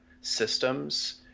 systems